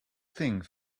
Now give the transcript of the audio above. thing